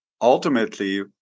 ultimately